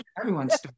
Everyone's